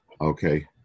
Okay